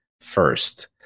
first